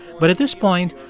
but at this point,